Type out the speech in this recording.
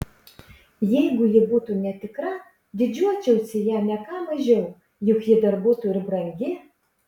jeigu ji būtų netikra didžiuočiausi ja ne ką mažiau juk ji dar būtų ir brangi